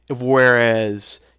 whereas